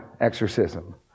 exorcism